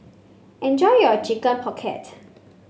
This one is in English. enjoy your Chicken Pocket